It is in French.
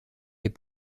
est